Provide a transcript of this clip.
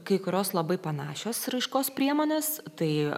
kai kurios labai panašios raiškos priemonės tai